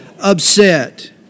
upset